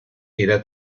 era